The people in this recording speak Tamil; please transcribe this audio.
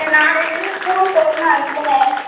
சரி நாளையில் இருந்து ஸ்கூலுக்கு ஒழுங்கா அனுப்புங்கள்